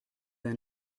that